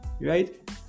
right